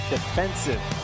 Defensive